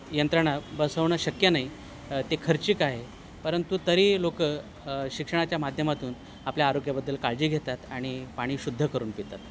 यंत्रणा बसवणं शक्य नाही ते खर्चिक आहे परंतु तरी लोकं शिक्षणाच्या माध्यमातून आपल्या आरोग्याबद्दल काळजी घेतात आणि पाणी शुद्ध करून पितात